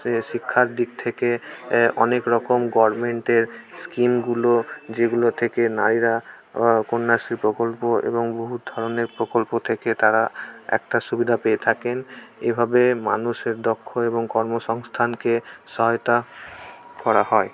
সেই শিক্ষার দিক থেকে অনেক রকম গভর্মেন্টের স্কিমগুলো যেগুলো থেকে নারীরা কন্যাশ্রী প্রকল্প এবং বহু ধরনের প্রকল্প থেকে তারা একটা সুবিধা পেয়ে থাকেন এভাবে মানুষের দক্ষ এবং কর্মসংস্থানকে সহায়তা করা হয়